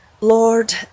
Lord